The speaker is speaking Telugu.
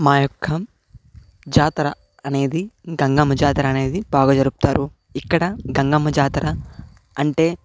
మా యొక్క జాతర అనేది గంగమ్మ జాతర అనేది బాగా జరుపుతారు ఇక్కడ గంగమ్మ జాతర అంటే